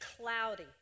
cloudy